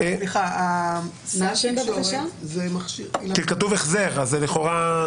סליחה, סל תקשורת -- כתוב "תקשורת".